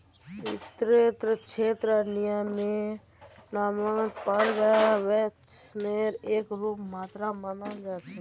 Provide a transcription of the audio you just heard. वित्तेर क्षेत्रत विनियमनक पर्यवेक्षनेर एक रूप मात्र मानाल जा छेक